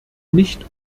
nicht